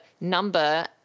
number